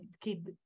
keep